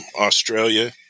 Australia